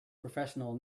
professional